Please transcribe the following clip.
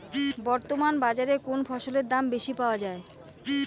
বর্তমান বাজারে কোন ফসলের দাম বেশি পাওয়া য়ায়?